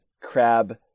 crab